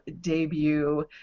debut